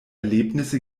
erlebnisse